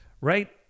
right